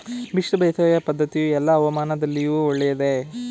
ಮಿಶ್ರ ಬೇಸಾಯ ಪದ್ದತಿಯು ಎಲ್ಲಾ ಹವಾಮಾನದಲ್ಲಿಯೂ ಒಳ್ಳೆಯದೇ?